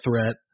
threat